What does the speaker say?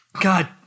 God